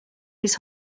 his